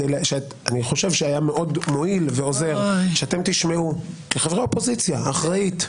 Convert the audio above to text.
אני חושב שהיה מאוד מועיל ועוזר שאתם תשמעו כחברי האופוזיציה אחראית,